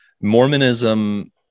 Mormonism